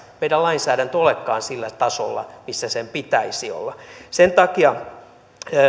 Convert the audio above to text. meidän lainsäädäntömme olekaan sillä tasolla millä sen pitäisi olla sen takia